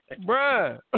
Bruh